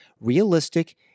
realistic